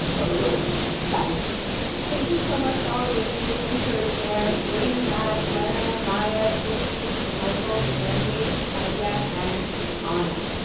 have a good one bye thank you so much to all the listeners. you heard there blaine and matt, brenna, maya, christie, michael, jeremy, claudia and ah anna.